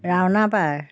ৰাওনা পাৰ